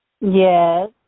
Yes